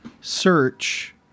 search